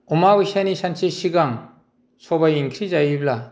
अमाबैस्यानि सानसे सिगां सबाय ओंख्रि जायोब्ला